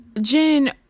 jen